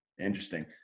Interesting